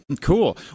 Cool